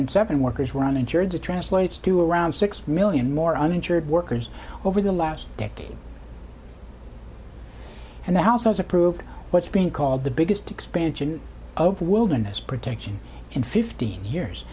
in seven workers were uninsured to translates to around six million more uninsured workers over the last decade and the house has approved what's being called the biggest expansion of the wilderness protection in fifteen years